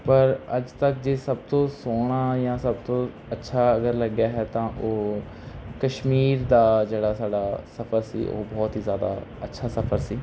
ਪਰ ਅੱਜ ਤੱਕ ਜੇ ਸਭ ਤੋਂ ਸੋਹਣਾ ਜਾਂ ਸਭ ਤੋਂ ਅੱਛਾ ਅਗਰ ਲੱਗਿਆ ਹੈ ਤਾਂ ਉਹ ਕਸ਼ਮੀਰ ਦਾ ਜਿਹੜਾ ਸਾਡਾ ਸਫ਼ਰ ਸੀ ਉਹ ਬਹੁਤ ਹੀ ਜ਼ਿਆਦਾ ਅੱਛਾ ਸਫ਼ਰ ਸੀ